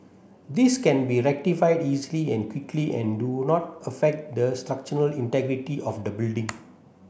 these can be rectified easily and quickly and do not affect the structural integrity of the building